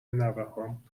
نوهام